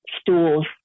stools